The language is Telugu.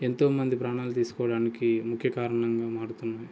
ఎంతోమంది ప్రాణాలు తీస్కోడానికి ముఖ్య కారణంగా మారుతున్నాయి